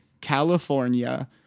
California